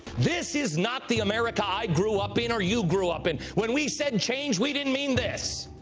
this is not the america i grew up in, or you grew up in. when we said and change, we didn't mean this!